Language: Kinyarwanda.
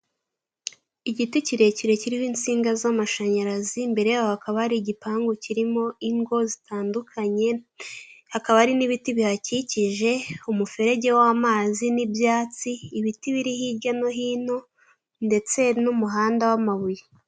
Igiti kirekire kiriho insinga z'amashanyarazi, imbere yaho hakaba hari igipangu kirimo ingo zitandukanye, hakaba ari n'ibiti bihakikije, umuferege w'amazi n'ibyatsi, ibiti biri hirya no hino, ndetse n'umuhanda w'amabuye.